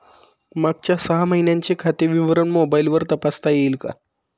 मागच्या सहा महिन्यांचे खाते विवरण मोबाइलवर तपासता येईल का?